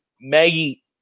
Maggie